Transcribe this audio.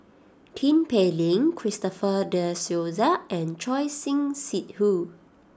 Tin Pei Ling Christopher De Souza and Choor Singh Sidhu